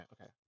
okay